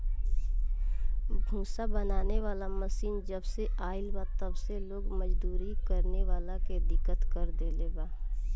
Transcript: भूसा बनावे वाला मशीन जबसे आईल बा तब से लोग मजदूरी करे वाला के दिक्कत कर देले बा